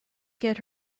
get